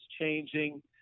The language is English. changing